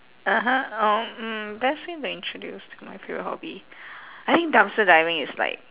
(uh huh) um mm best way to introduce my favourite hobby I think dumpster diving is like